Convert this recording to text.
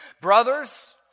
Brothers